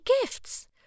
gifts